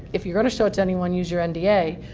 if you're going to show it to anyone, use your nda. yeah